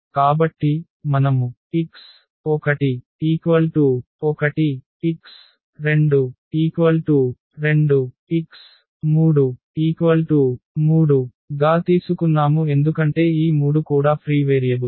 కాబట్టి మనము x11x22x33 గా తీసుకున్నాము ఎందుకంటే ఈ మూడు కూడా ఫ్రీ వేరియబుల్స్